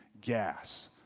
gas